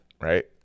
Right